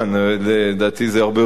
לדעתי, זה הרבה יותר מזה,